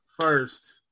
first